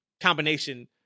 combination